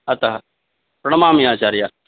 अतः प्रणमामि आचार्य